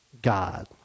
God